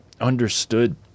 understood